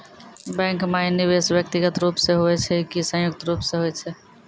Bank माई निवेश व्यक्तिगत रूप से हुए छै की संयुक्त रूप से होय छै?